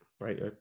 right